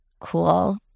Cool